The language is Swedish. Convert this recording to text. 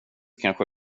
kanske